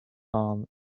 harm